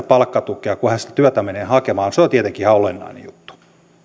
palkkatukea kun hän sitä työtä menee hakemaan se on tietenkin ihan olennainen juttu